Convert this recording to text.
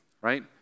right